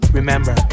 Remember